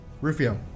Rufio